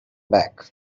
back